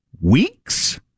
weeks